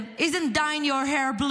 I have reached out to each of you,